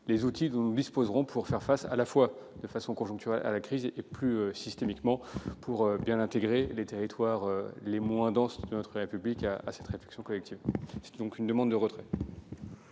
les outils dont nous disposerons pour faire face de façon conjoncturelle à la crise et, plus systémiquement, pour bien intégrer les territoires les moins denses de notre République à cette réflexion collective. Je demande donc le retrait